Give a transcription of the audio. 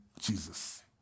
Jesus